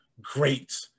great